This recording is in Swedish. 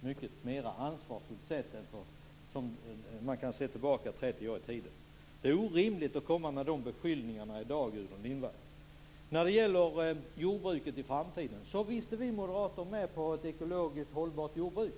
mycket mer ansvarsfullt sätt än för 30 år sedan. Det är orimligt att komma med sådana här beskyllningar i dag, Gudrun Lindvall. När det gäller jordbruket i framtiden vill jag säga att vi moderater visst är med på ett ekologiskt hållbart jordbruk.